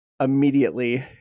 immediately